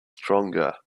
stronger